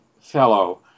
fellow